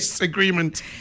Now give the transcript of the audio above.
agreement